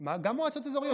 מה עם מועצות אזוריות?